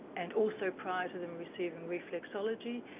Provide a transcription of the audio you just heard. and also prior to them receiving reflexology,